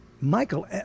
Michael